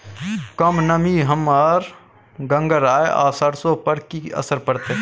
कम नमी हमर गंगराय आ सरसो पर की असर करतै?